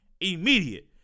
immediate